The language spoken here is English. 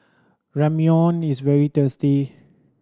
ramyeon is very tasty